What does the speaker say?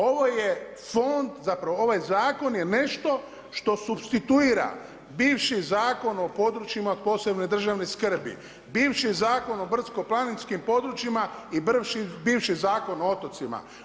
Ovo je fond, zapravo ovaj zakon je nešto što supstituira bivši Zakon o područjima od posebne državne skrbi, bivši Zakon o brdsko-planinskim područjima i bivši Zakon o otocima.